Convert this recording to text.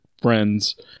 friends